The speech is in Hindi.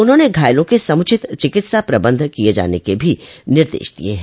उन्होंने घायलों के समुचित चिकित्सा प्रबंध किये जाने के भी निर्देश दिये हैं